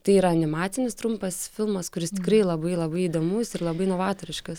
tai yra animacinis trumpas filmas kuris tikrai labai labai įdomus ir labai novatoriškas